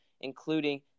including